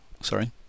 Sorry